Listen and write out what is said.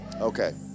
Okay